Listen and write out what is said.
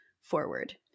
forward